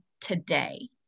today